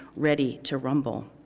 ready to rumble.